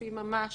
בשותפים ממש